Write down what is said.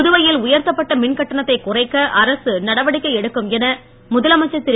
புதுவையில் உயர்த்தப்பட்ட மின்கட்டணத்தை குறைக்க அரசு நடவடிக்கை எடுக்கும் என முதலமைச்சர் திரு